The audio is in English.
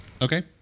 Okay